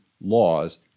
laws